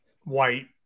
white